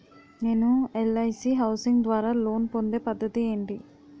నేను LIC housing ద్వారా loan పొందే పద్ధతి ఏంటి?